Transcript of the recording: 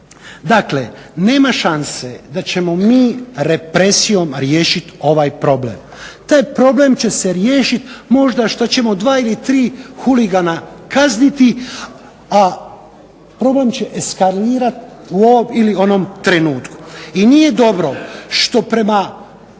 Dakle, nema šanse da ćemo mi represijom riješiti ovaj problem. Taj problem će se riješiti možda što ćemo dva ili tri huligana kazniti, a problem će eskalirati u ovom ili onom trenutku. I nije dobro što prema